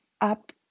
up